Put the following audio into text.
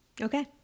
Okay